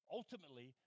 Ultimately